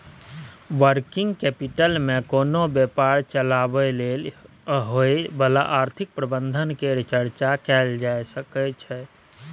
working capital मे कोनो व्यापार चलाबय लेल होइ बला आर्थिक प्रबंधन केर चर्चा कएल जाए सकइ छै